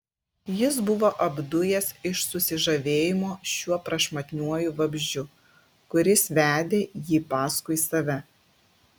jis buvo apdujęs iš susižavėjimo šiuo prašmatniuoju vabzdžiu kuris vedė jį paskui save